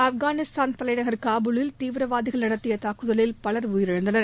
ஆப்கானிஸ்தான் தலைநகர் காபூலில் தீவிரவாதிகள் நடத்திய தாக்குதலில் பவர் உயிரிழந்தனர்